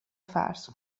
فرض